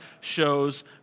shows